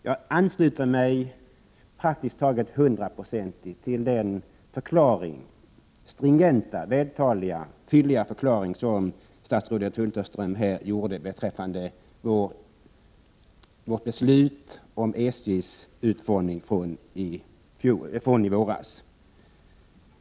Jag ansluter mig till praktiskt taget hundra procent till den stringenta, vältaliga och fylliga förklaring som statsrådet Hulterström gav beträffande vårt beslut om SJ:s utformning från i våras.